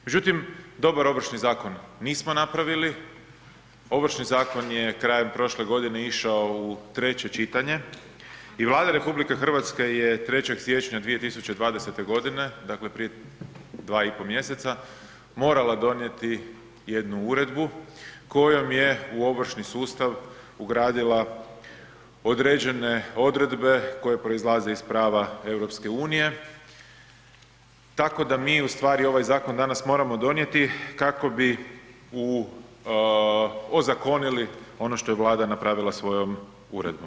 Međutim, dobar Ovršni zakon nismo napravili, Ovršni zakon je krajem prošle godine išao u treće čitanje i Vlada RH je 3. siječnja 2020. dakle prije 2,5 mjeseca morala donijeti jednu uredbu kojom je u ovršni sustav ugradila određene odredbe koje proizlaze iz prava EU, tako da mi ustvari ovaj zakon danas moramo donijeti kako bi ozakonili ono što je Vlada napravila svojom uredbom.